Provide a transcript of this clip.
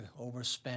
overspend